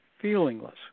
feelingless